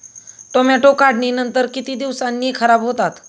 Tomato काढणीनंतर किती दिवसांनी खराब होतात?